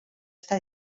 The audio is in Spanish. esta